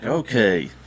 Okay